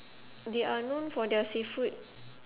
they are known for their seafood